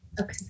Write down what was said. Okay